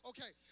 Okay